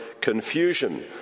confusion